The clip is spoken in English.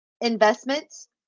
investments